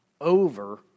over